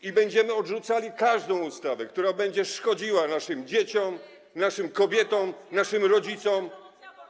I będziemy odrzucali każdą ustawę, która będzie szkodziła naszym dzieciom, naszym kobietom, naszym rodzicom.